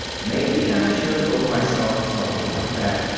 maybe i should have told myself something like that,